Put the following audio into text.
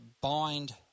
bind